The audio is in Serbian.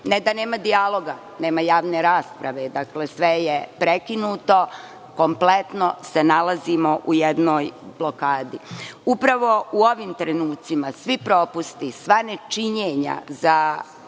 Ne da nema dijaloga, nema javne rasprave. Dakle, sve je prekinuto. Kompletno se nalazimo u jednoj blokadi. Upravo u ovim trenucima svi propusti, sva nečinjenja za